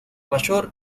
mayor